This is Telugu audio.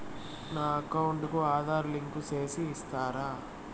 నా అకౌంట్ కు ఆధార్ లింకు సేసి ఇస్తారా?